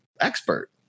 expert